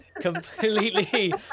completely